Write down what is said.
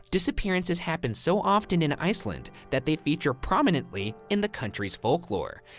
disappearances happen so often in iceland that they feature prominently in the country's folklore.